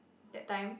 that time